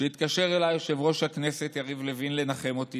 כשהתקשר אליי יושב-ראש הכנסת יריב לוין לנחם אותי,